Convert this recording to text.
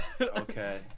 Okay